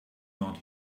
not